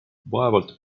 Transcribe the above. vaevalt